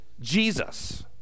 Jesus